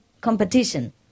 competition